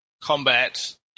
combat